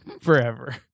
forever